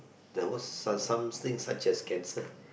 there was some~ something such as cancer